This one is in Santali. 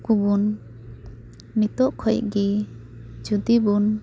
ᱠᱚᱵᱚᱱ ᱱᱤᱛᱚᱜ ᱠᱷᱚᱡ ᱜᱮ ᱡᱩᱫᱤ ᱵᱚᱱ